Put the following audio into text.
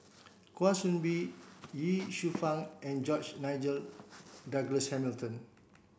Kwa Soon Bee Ye Shufang and George Nigel Douglas Hamilton